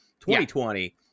2020